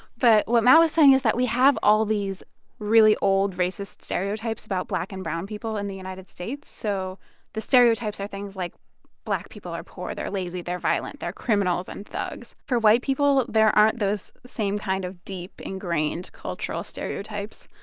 but what matt was saying is that we have all these really old racist stereotypes about black and brown people in the united states. so the stereotypes are things like black people are poor. they're lazy. they're violent. they're criminals and thugs. for white people, people, there aren't those same kind of deep, ingrained cultural stereotypes.